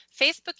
Facebook